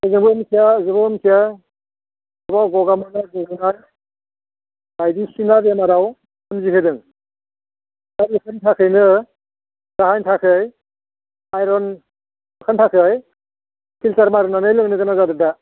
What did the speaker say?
ओजोंबो मिथिया हजोंबो मोनथिया माबा गगा मोन्नाय गुजुनाय बायदिसिना बेमाराव सोमजिहोदों दा बेफोरनि थाखायनो जाहोननि थाख आइर'न होखारनो थाखाय फिलटार मारिनानै लोंनो गोनां जादों दा